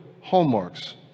hallmarks